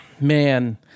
man